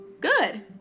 good